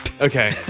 Okay